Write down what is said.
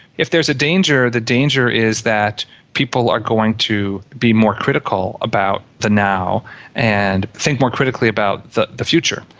if there is a danger, the danger is that people are going to be more critical about the now and think more critically about the the future.